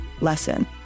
lesson